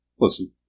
listen